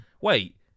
wait